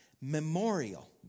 memorial